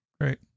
Great